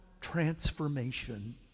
transformation